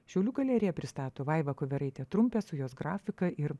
šiaulių galerija pristato vaiva koveraitė trumpė su jos grafika ir